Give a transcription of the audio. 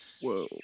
Whoa